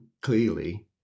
clearly